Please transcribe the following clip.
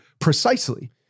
precisely